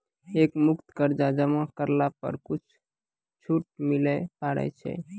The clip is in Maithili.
एक मुस्त कर्जा जमा करला पर कुछ छुट मिले पारे छै?